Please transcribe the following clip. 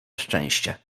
szczęście